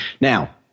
now